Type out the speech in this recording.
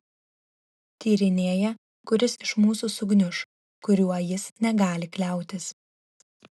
tyrinėja kuris iš mūsų sugniuš kuriuo jis negali kliautis